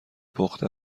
پخته